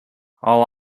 all